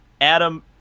Adam